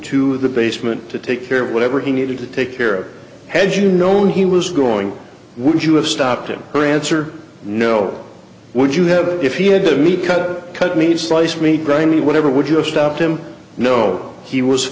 to the basement to take care of whatever he needed to take care had you known he was going would you have stopped him her answer no would you have if he had to meet cut cut meat slice meat grainy whatever would you have stopped him no he was